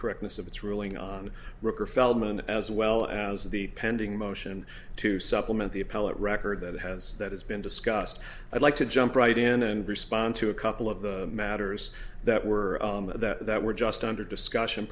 correctness of its ruling on ricker feldman as well as the pending motion to supplement the appellate record that has that has been discussed i'd like to jump right in and respond to a couple of the matters that were that were just under discussion